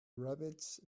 rabbits